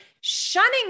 shunning